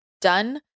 done